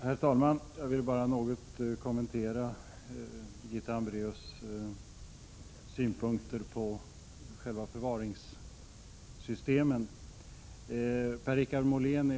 Herr talman! Jag vill bara något kommentera Birgitta Hambraeus synpunkter på själva förvaringssystemen.